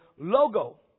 logo